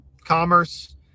Commerce